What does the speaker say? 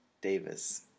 Davis